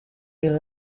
you